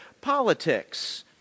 politics